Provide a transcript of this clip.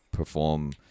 perform